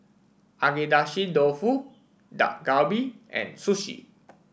Agedashi Dofu Dak Galbi and Sushi